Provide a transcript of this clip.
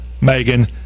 Megan